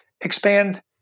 expand